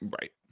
right